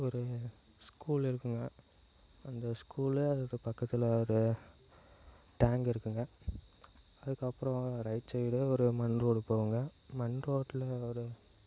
ஒரு ஸ்கூல் இருக்குதுங்க அந்த ஸ்கூல் அதுக்கு பக்கத்தில் ஒரு டேங்க் இருக்குதுங்க அதுக்கப்பறம் ரைட் சைடு ஒரு மண் ரோடு போகுங்க மண் ரோட்டில ஒரு